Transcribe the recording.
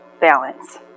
balance